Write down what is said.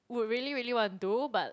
would really really want to do but